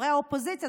מחברי האופוזיציה,